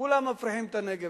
כולם מפריחים את הנגב.